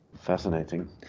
Fascinating